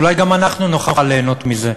אולי גם אנחנו נוכל ליהנות מזה.